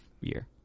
year